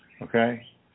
Okay